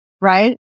right